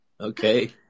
Okay